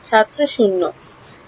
ছাত্র 0